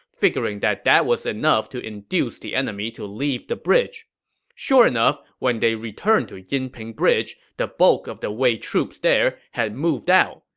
figuring that that was enough to induce the enemy to leave the sure enough, when they returned to yinping bridge, the bulk of the wei troops there had moved out.